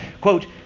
quote